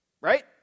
Right